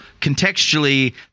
contextually